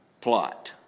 plot